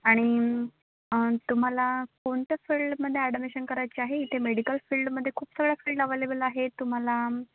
आणि तुम्हाला कोणत्या फील्डमध्ये ॲडमिशन करायचे आहे इथे मेडिकल फील्डमध्ये खूप सगळ्या फील्ड अवेलेबल आहेत तुम्हाला